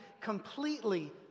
completely